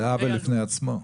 זה עוול בפני עצמו.